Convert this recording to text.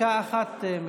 אני